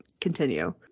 continue